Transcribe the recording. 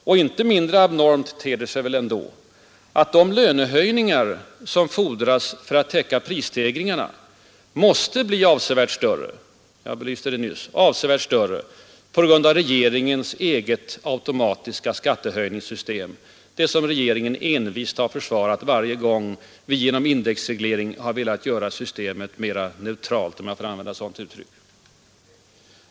Och inte mindre abnormt ter det sig, att de lönehöjningar som fordras för att täcka prisstegringarna måste bli avsevärt större än dessa — jag belyste det nyss — på grund av regeringens eget automatiska skattehöjningssystem, det som regeringen envist har försvarat varje gång vi genom indexreglering har velat göra systemet ”neutralt” — om jag får använda ett sådant uttryck.